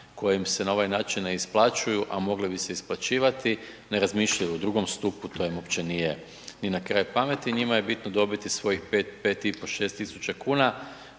koji im se na ovaj način ne isplaćuju, a mogli bi se isplaćivati. Ne razmišljaju o drugom stupu, to im uopće nije ni na kraj pameti, njima je bitno dobiti 5, 5 i pol, 6 tisuća kuna